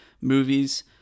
movies